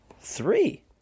Three